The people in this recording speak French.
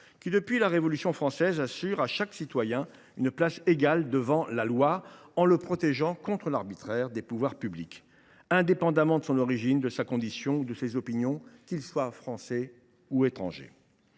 qui, depuis la Révolution française, assure à chaque citoyen une place égale devant la loi, en le protégeant contre l’arbitraire des pouvoirs publics, indépendamment de son origine, de sa condition ou de ses opinions, qu’il soit Français ou étranger.